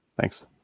Thanks